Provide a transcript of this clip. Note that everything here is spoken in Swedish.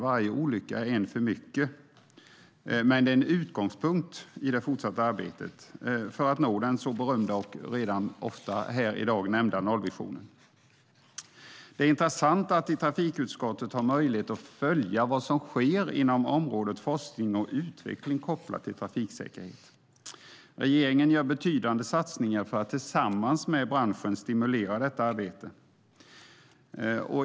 Varje olycka är en för mycket, men det är en utgångspunkt i det fortsatta arbetet för att nå den så berömda och här i dag ofta nämnda nollvisionen. Det är intressant att i trafikutskottet ha möjlighet att följa vad som sker inom området forskning och utveckling kopplat till trafiksäkerhet. Regeringen gör betydande satsningar för att tillsammans med branschen stimulera detta arbete.